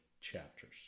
chapters